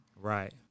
Right